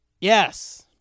Yes